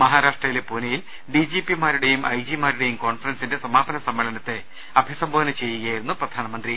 മഹാരാഷ്ട്രയിലെ പൂനെയിൽ D G പിമാരുടെയും ഐ ജിമാരുടെയും കോൺഫറൻസിന്റെ സമാപന സമ്മേളനം അഭിസംബോ ധന ചെയ്യുകയായിരുന്നു പ്രധാനമന്ത്രി